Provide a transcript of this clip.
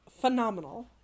Phenomenal